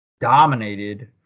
dominated